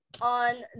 on